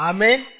Amen